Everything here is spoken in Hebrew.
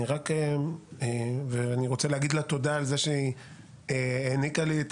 אני רק רוצה להגיד לה תודה על כך שהיא העניקה לי את